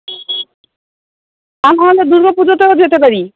আর না হলে দুর্গা পুজোতেও যেতে পারি